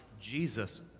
Jesus